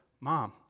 Mom